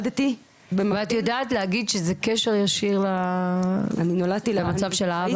את יודעת להגיד שזה קשר ישיר למצב של האבא?